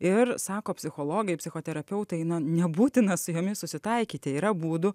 ir sako psichologai psichoterapeutai nebūtina su jomis susitaikyti yra būdų